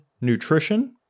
Nutrition